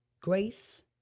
grace